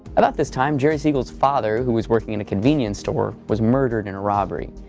about this time, jerry siegel's father, who was working in a convenience store, was murdered in a robbery.